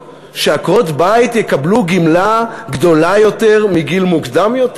שעקרות-בית יקבלו גמלה גדולה יותר מגיל מוקדם יותר,